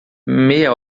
meia